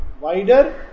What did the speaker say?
wider